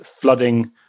flooding